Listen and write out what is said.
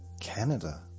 Canada